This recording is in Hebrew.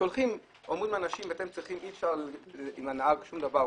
כאשר אומרים לאנשים: אי אפשר לעשות עם הנהג שום דבר,